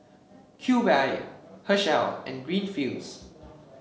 Cube I Herschel and Greenfields